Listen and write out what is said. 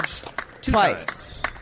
twice